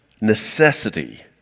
necessity